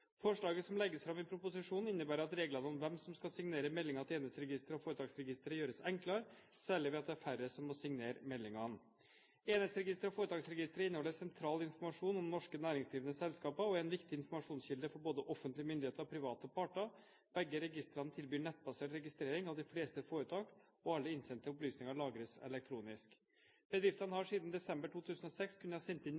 Forslaget som legges fram i proposisjonen, innebærer at reglene om hvem som skal signere meldinger til Enhetsregisteret og Foretaksregisteret gjøres enklere, særlig ved at det er færre som må signere meldingene. Enhetsregisteret og Foretaksregisteret inneholder sentral informasjon om norske næringsdrivende selskaper, og er en viktig informasjonskilde for både offentlige myndigheter og private parter. Begge registrene tilbyr nettbasert registrering av de fleste foretak, og alle innsendte opplysninger lagres elektronisk. Bedriftene har